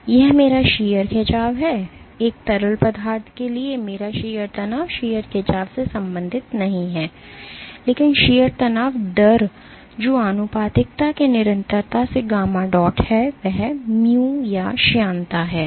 तो यह मेरा शीयर खिंचाव है एक तरल पदार्थ के लिए मेरा शीयर तनाव शीयर खिंचाव से संबंधित नहीं है लेकिन शीयर तनाव दर जो आनुपातिकता के निरंतरता से गामा डॉट है वह mu या श्यानता है